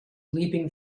leaping